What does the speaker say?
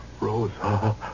Rosa